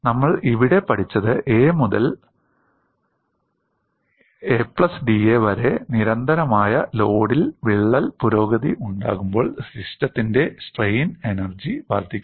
നമ്മൾ ഇവിടെ പഠിച്ചത് 'എ' മുതൽ 'a പ്ലസ് da' വരെ നിരന്തരമായ ലോഡിൽ വിള്ളലിന് പുരോഗതി ഉണ്ടാകുമ്പോൾ സിസ്റ്റത്തിന്റെ സ്ട്രെയിൻ എനർജി വർദ്ധിക്കുന്നു